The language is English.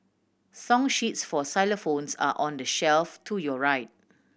song sheets for xylophones are on the shelf to your right